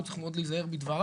הוא צריך מאוד להיזהר בדבריו,